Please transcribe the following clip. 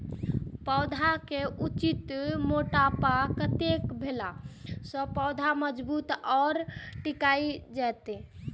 पौधा के उचित मोटापा कतेक भेला सौं पौधा मजबूत आर टिकाऊ हाएत?